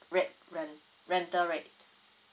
rate rent~ rental rate